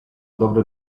dobry